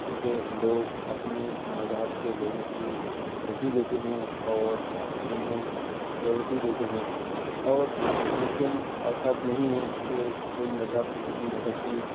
کیونکہ لوگ اپنے مذہب کے لوگوں کو ترجیح دیتے ہیں اور انہیں پریوریٹی دیتے ہیں اور لیکن ایسا نہیں ہے کہ کوئی مذہب کسی مذہب کی